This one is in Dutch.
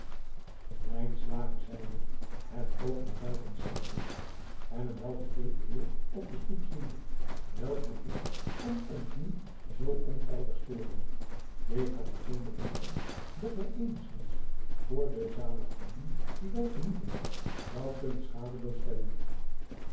zeide het oog naar buiten slaande en een welgekleed eer op de stoep ziende elk bezoek komt ons nu zoo ontijdig storen k kan er geen bedenken dat mij eenigzins voor de zaligheden die wij genieten zou kunnen schadeloos